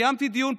קיימתי דיון,